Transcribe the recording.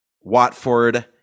Watford